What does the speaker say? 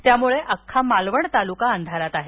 त्यामुळे अख्खा मालवण तालुका अंधारात आहे